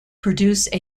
produce